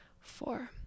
four